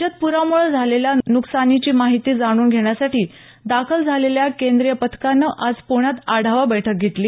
राज्यात पुरामुळे झालेल्या नुकसानीची माहिती जाणून घेण्यासाठी दाखल झालेल्या केंद्रीय पथकानं आज पुण्यात आढावा बैठक घेतली